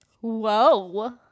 Whoa